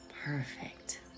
Perfect